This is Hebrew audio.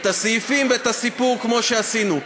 את הסעיפים ואת הסיפור כמו שעשינו,